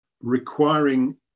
requiring